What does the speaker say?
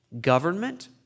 Government